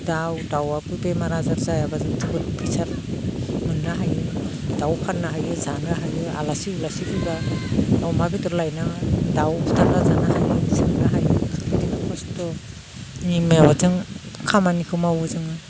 दाउ दाउआबो बेमार आजार जायाबा जों जोबोद फैसा मोननो हायो दाउ फाननो हायो जानो हायो आलासि उलासि फैब्ला अमा बेदर लायनाङा दाउ फुथारना जानो हायो सोंनो हायो बिदिनो कस्त'नि माबाजों खामानिखौ मावो जोङो